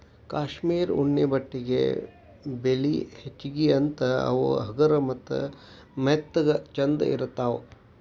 cashmere ಉಣ್ಣೆ ಬಟ್ಟೆಗೆ ಬೆಲಿ ಹೆಚಗಿ ಅಂತಾ ಅವ ಹಗರ ಮತ್ತ ಮೆತ್ತಗ ಚಂದ ಇರತಾವಂತ